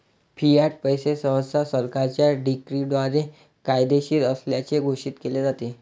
Fiat पैसे सहसा सरकारच्या डिक्रीद्वारे कायदेशीर असल्याचे घोषित केले जाते